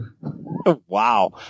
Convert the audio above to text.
Wow